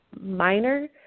minor